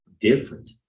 different